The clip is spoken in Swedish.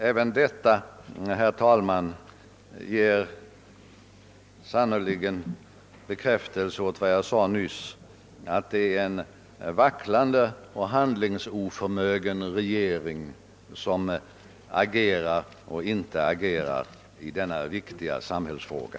Även detta, herr talman, ger sannerligen bekräftelse på vad jag nyss sade, nämligen att det är en vacklande och handlingsoförmögen regering som agerar — eller icke agerar — i denna viktiga samhällsfråga.